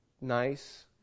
nice